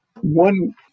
one